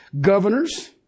governors